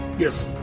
yes,